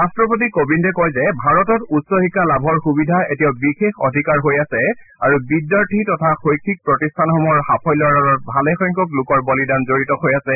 ৰাট্টপতি কোবিন্দে কয় যে ভাৰতত উচ্চ শিক্ষা লাভৰ সুবিধা এতিয়াও বিশেষ অধিকাৰ হৈ আছে আৰু বিদ্যাৰ্থী তথা শৈক্ষিক প্ৰতিষ্ঠানসমূহৰ সাফল্যৰ আঁৰত ভালেসংখ্যক লোকৰ বলিদান জড়িত হৈ থাকে